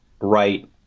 right